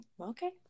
Okay